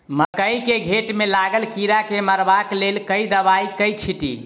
मकई केँ घेँट मे लागल कीड़ा केँ मारबाक लेल केँ दवाई केँ छीटि?